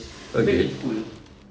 okay